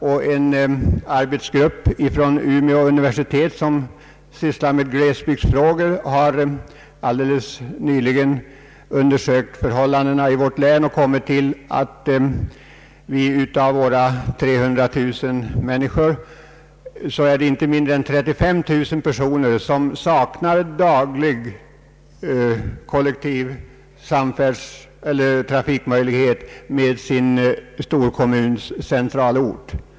En arbetsgrupp från Umeå universitet som sysslar med glesbygdsfrågor har helt nyligen undersökt förhållandena i vårt län och kommit fram till att av våra 300 000 invånare är det inte mindre än 35000 personer som saknar tillfredsställande kollektiva trafikförbindelser med sin storkommuns centralort.